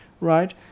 right